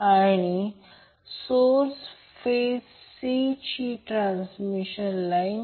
तर यामध्ये c आणि a c b सिक्वेन्स आहे